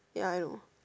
ya I know